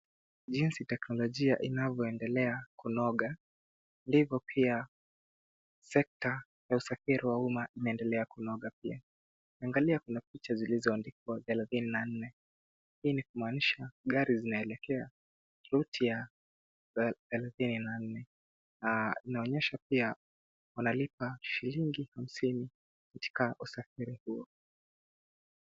Jinsi ya teknolojia inavyendelea kunoga, ndivyo pia sekta ya usafiri wa umma unaendelea kunoga pia. Angalia kuna picha zilizoandikwa 34 hii ni kumaanisha gari zinaelekea ruti ya 34. Inaononyesha pia wanalipa shilingi hamsini katika usafiri huo.